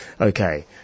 Okay